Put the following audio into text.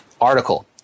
article